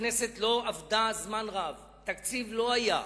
הכנסת לא עבדה זמן רב, תקציב לא היה.